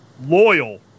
loyal